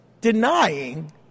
denying